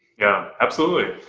yeah, absolutely.